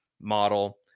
model